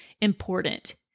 important